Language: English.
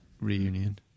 reunion